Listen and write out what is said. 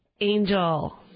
Angel